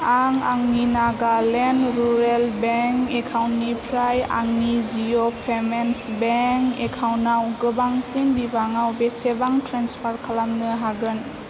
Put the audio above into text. आं आंनि Nagaland rural bank एकाउन्टनिफ्राय आंनि जिअ' पेमेन्टस बेंक एकाउन्ट आव गोबांसिन बिबाङाव बेसेबां ट्रेन्सफार खालामनो हागोन